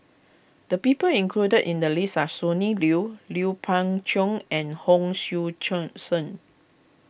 the people included in the list are Sonny Liew Lui Pao Chuen and Hon Sui Qiong Sen